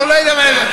או נבכה.